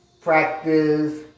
practice